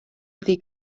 iddi